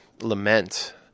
lament